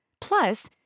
Plus